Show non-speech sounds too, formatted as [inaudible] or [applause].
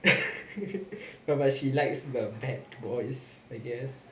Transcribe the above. [laughs] ya but she likes the bad boys I guess